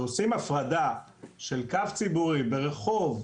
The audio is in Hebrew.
כשעושים הפרדה של קו ציבורי ברחוב,